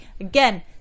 Again